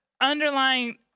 underlying